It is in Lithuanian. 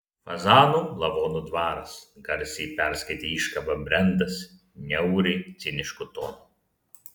fazanų lavonų dvaras garsiai perskaitė iškabą brendas niauriai cinišku tonu